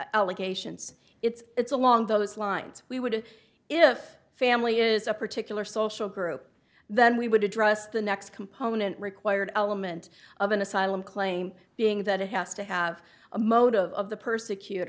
allegations it's along those lines we would if family is a particular social group then we would address the next component required element of an asylum claim being that it has to have a mode of the persecut